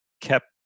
kept